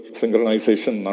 synchronization